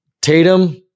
Tatum